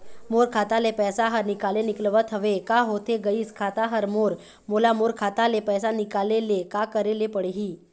मोर खाता ले पैसा हर निकाले निकलत हवे, का होथे गइस खाता हर मोर, मोला मोर खाता ले पैसा निकाले ले का करे ले पड़ही?